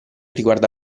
riguarda